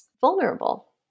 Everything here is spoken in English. vulnerable